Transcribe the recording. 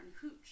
Hooch